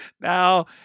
Now